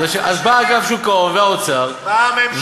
אז באו אגף שוק ההון והאוצר והצילו.